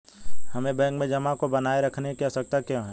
हमें बैंक में जमा को बनाए रखने की आवश्यकता क्यों है?